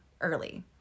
early